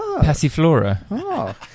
Passiflora